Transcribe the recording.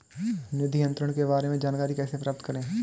निधि अंतरण के बारे में जानकारी कैसे प्राप्त करें?